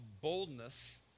boldness